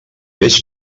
veig